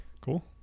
Cool